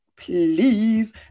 please